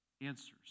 answers